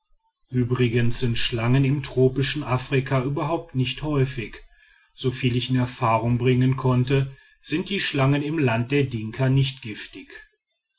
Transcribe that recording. übrigens sind schlangen im tropischen afrika überhaupt nicht häufig soviel ich in erfahrung bringen konnte sind die schlangen im lande der dinka nicht giftig